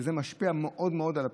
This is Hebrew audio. שזה משפיע מאוד מאוד על הפנסיה,